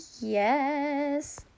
yes